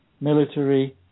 military